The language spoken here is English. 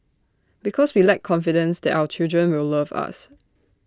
because we lack confidence that our children will love us